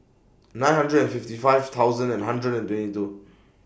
nine hundred and fifty five thousand and hundred and twenty two